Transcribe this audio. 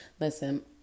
Listen